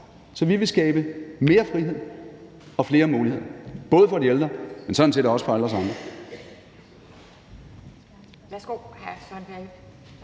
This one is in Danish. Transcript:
Så vi vil skabe mere frihed og flere muligheder både for de ældre, men sådan set også for alle os andre.